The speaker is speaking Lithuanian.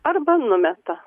arba numeta